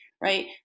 right